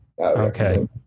Okay